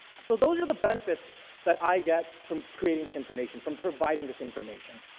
so those are the benefits that i get from creating this information, from providing this information.